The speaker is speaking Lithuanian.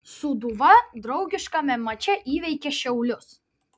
sūduva draugiškame mače įveikė šiaulius